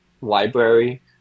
library